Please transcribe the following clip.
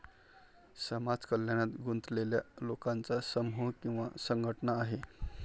समाज कल्याणात गुंतलेल्या लोकांचा समूह किंवा संघटना आहे